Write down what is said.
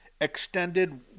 extended